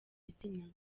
izina